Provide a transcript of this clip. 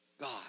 God